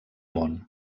món